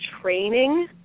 training